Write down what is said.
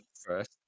first